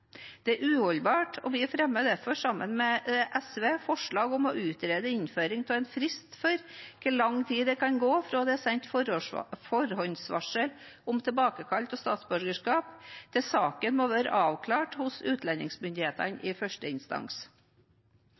Det er uholdbart, og vi fremmer derfor, sammen med SV, forslag om å utrede innføring av en frist for hvor lang tid det kan gå fra det er sendt forhåndsvarsel om tilbakekall av statsborgerskap, til saken må være avklart hos utlendingsmyndighetene i første instans.